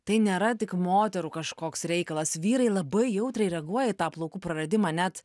tai nėra tik moterų kažkoks reikalas vyrai labai jautriai reaguoja į tą plaukų praradimą net